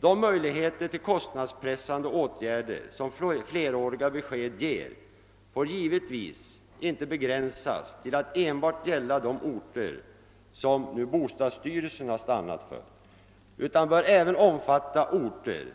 De möjligheter till kostnadspressande åtgärder som fleråriga besked ger får givetvis inte begränsas till att gälla enbart de orter, som bostadsstyrelsen har stannat för, utan bör även omfatta orter